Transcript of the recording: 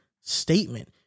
statement